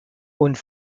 und